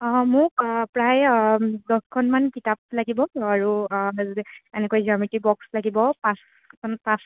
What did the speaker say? অঁ মোক প্ৰায় দছখনমান কিতাপ লাগিব আৰু এনেকৈ জ্য়ামিত্ৰি বক্স লাগিব পাঁচখন পাঁচটামান